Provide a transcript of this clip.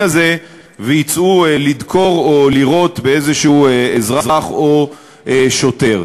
הזה ויצאו לדקור או לירות באיזה אזרח או שוטר.